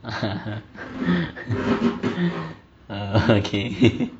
err okay